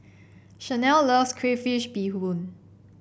Shanell loves Crayfish Beehoon